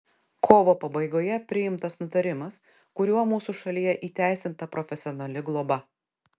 kovo pabaigoje priimtas nutarimas kuriuo mūsų šalyje įteisinta profesionali globa